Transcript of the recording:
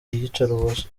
iyicarubozo